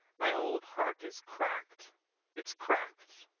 my old heart is crack'd it's crack'd!